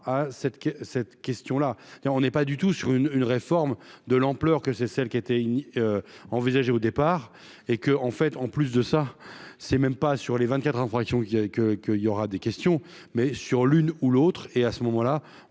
cette question là et on n'est pas du tout sur une une réforme de l'ampleur que c'est celle qui était envisagée au départ et que, en fait, en plus de ça, c'est même pas sur les 24 infraction qui avait que qu'il y aura des questions mais sur l'une ou l'autre, et à ce moment-là,